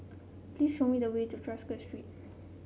please show me the way to Tosca Street